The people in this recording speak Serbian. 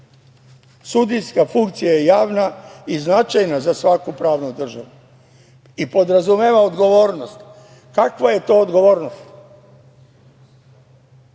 Sudijska funkcija je javna i značajna za svaku pravnu državu i podrazumeva odgovornost. Kakva je to odgovornost? Dalje,